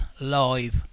live